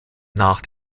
nach